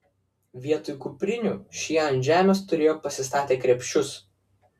vietoj kuprinių šie ant žemės turėjo pasistatę krepšius